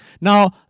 Now